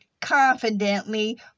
confidently